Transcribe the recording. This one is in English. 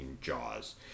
Jaws